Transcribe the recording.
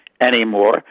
anymore